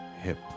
hip